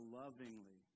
lovingly